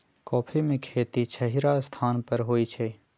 coffee में खेती छहिरा स्थान पर होइ छइ